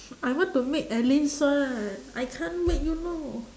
I want to make alyn's one I can't make you know